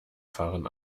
fahren